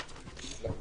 בבקשה.